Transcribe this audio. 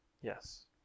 Yes